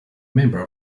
member